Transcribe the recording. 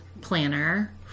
planner